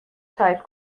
تایپ